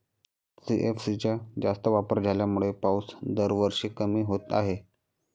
CFC चा जास्त वापर झाल्यामुळे पाऊस दरवर्षी कमी होत आहे